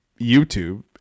YouTube